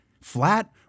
flat